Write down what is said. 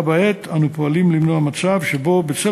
בה בעת אנו פועלים למנוע מצב שבו בצל